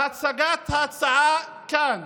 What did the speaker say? בהצגת ההצעה כאן